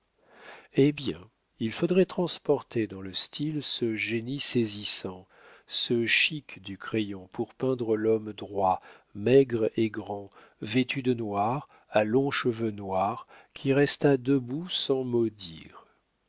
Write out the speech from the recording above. eh bien il faudrait transporter dans le style ce génie saisissant ce chique du crayon pour peindre l'homme droit maigre et grand vêtu de noir à longs cheveux noirs qui resta debout sans